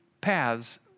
paths